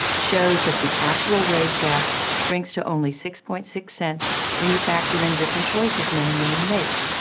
shows that the actual wage gap shrinks to only six point six cents when you factor in different choices men and women make.